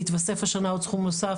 התווסף השנה דבר נוסף,